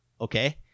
okay